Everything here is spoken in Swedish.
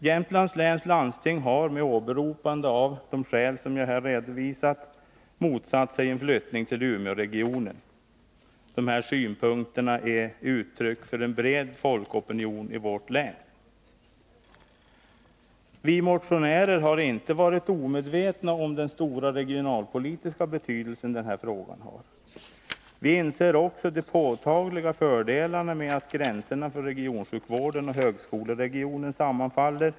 Jämtlands läns landsting har, med åberopande av de skäl som jag här redovisat, motsatt sig en flyttning till Umeåregionen. De här synpunkterna är uttryck för en bred folkopinion i vårt län. Vi motionärer har inte varit omedvetna om den stora regionalpolitiska betydelse som frågan har. Vi inser också de påtagliga fördelarna med att gränserna för regionsjukvården och högskoleregionen sammanfaller.